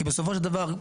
כי בסופו של דבר,